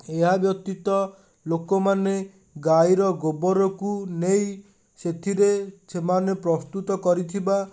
ଏହା ବ୍ୟତୀତ ଲୋକମାନେ ଗାଈର ଗୋବରକୁ ନେଇ ସେଥିରେ ସେମାନେ ପ୍ରସ୍ତୁତ କରିଥିବା